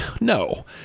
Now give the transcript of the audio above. no